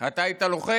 אתה היית לוחם?